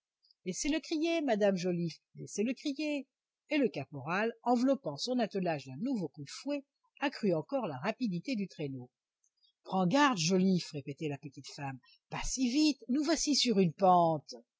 laissez-le crier madame joliffe laissez-le crier et le caporal enveloppant son attelage d'un nouveau coup de fouet accrut encore la rapidité du traîneau prends garde joliffe répétait la petite femme pas si vite nous voici sur une pente